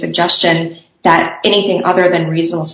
suggestion that anything other than reasona